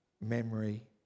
memory